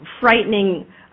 frightening